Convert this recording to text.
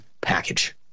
package